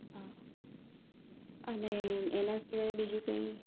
હા અને એના સિવાય બીજું કઈ